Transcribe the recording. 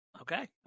Okay